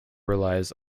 relies